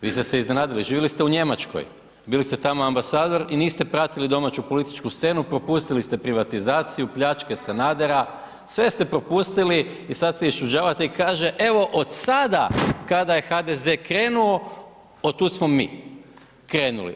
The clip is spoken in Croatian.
Vi ste se iznenadili, živjeli ste u Njemačkoj, bili ste tamo ambasador i niste pratili domaću političku scenu, propustili ste privatizaciju, pljačke Sanadera, sve ste propustili i sada se iščuđavate i kaže, evo od sada kada je HDZ krenuo, od tuda smo mi krenuli.